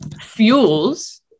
fuels